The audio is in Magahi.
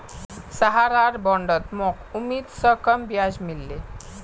सहारार बॉन्डत मोक उम्मीद स कम ब्याज मिल ले